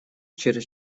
через